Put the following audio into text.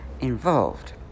Involved